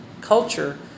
culture